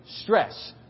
stress